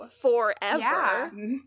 forever